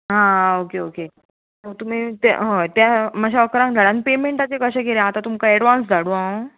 आं okay okay so तुमी हय त्या मात्श्या अकरांक धाड आनी पेमेंटाचे कशें करें आतां तुमकां एडवांस धाडू हांव